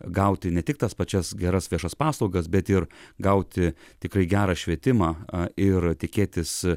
gauti ne tik tas pačias geras viešas paslaugas bet ir gauti tikrai gerą švietimą ir tikėtis